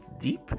deep